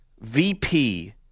VP